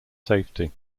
safety